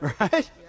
Right